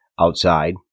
outside